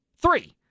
Three